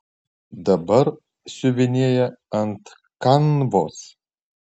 dabar siuvinėja ant kanvos